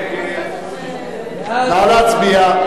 נא להצביע.